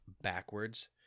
backwards